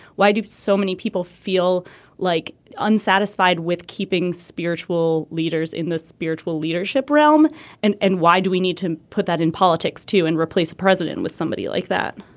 why do so many people feel like unsatisfied with keeping spiritual leaders in the spiritual leadership realm and and why do we need to put that in politics to and replace a president with somebody like that.